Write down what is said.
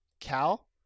Cal